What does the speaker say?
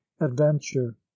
adventure